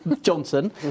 Johnson